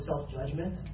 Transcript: self-judgment